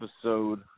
episode